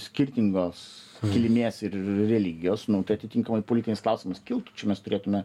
skirtingos kilmės ir religijos nu tai atitinkamai politinis klausimas kiltų čia mes turėtume